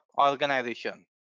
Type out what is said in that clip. organization